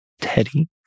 Teddy